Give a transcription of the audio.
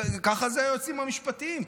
כך זה היועצים המשפטיים,